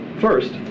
First